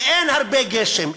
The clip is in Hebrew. כשאין הרבה גשם,